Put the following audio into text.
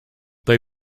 they